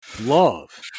love